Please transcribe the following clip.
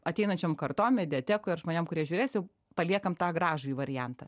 ateinančiom kartom mediatekoj ar žmonėm kurie žiūrės jau paliekam tą gražųjį variantą